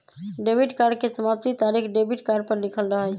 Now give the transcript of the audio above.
debit card के समाप्ति तारिख डेबिट कार्ड पर लिखल रहइ छै